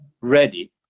ready